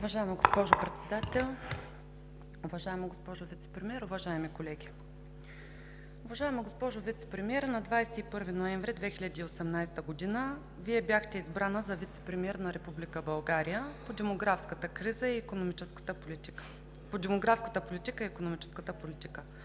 Уважаема госпожо Председател, уважаема госпожо Вицепремиер, уважаеми колеги! Уважаема госпожо Вицепремиер, на 21 ноември 2018 г. Вие бяхте избрана за вицепремиер на Република България по икономическата и демографската политика.